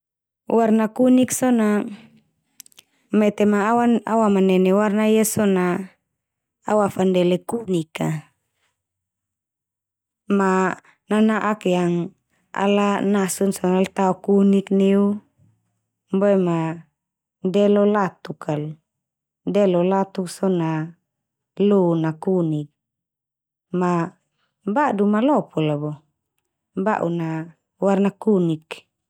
Warna kunik so na metema awan au wamanene warna ia so na awafandele kunik a ma nana'ak yang ala nasun so na al tao kunik neu. Boe ma delo latuk kala, delo latuk so na lon na kunik. Ma badu ma lopo la bo, ba'un na warna kunik